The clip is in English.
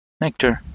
nectar